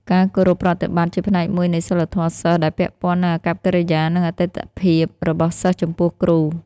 ការគោរពប្រតិបត្តិ ជាផ្នែកមួយនៃសីលធម៌សិស្ស ដែលពាក់ព័ន្ធនឹងអាកប្បកិរិយា និងអតីតភាពរបស់សិស្សចំពោះគ្រូ។